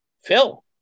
Phil